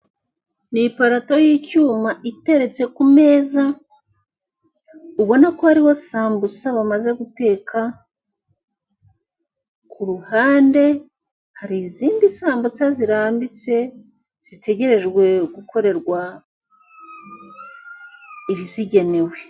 Ni iparato y'icyuma iteretse ku meza, ubona ko hariho sambusa bamaze guteka, ku ruhande hari izindi sambusa zirambitse, zitegerejwe gukorerwa ibizigenewe.